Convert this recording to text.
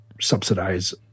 subsidize